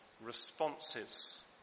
Responses